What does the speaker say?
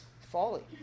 folly